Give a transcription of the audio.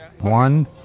One